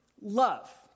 love